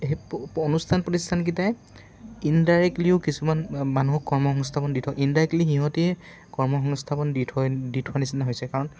সেই অনুষ্ঠান প্ৰতিষ্ঠানকেইটাই ইনডাইৰেক্টলিও কিছুমান মানুহক কৰ্মসংস্থাপন দি থয় ইনডাইৰেক্টলি সিহঁতেই কৰ্মসংস্থাপন দি থৈ দি থোৱাৰ নিচিনা হৈছে কাৰণ